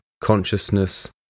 consciousness